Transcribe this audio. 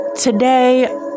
today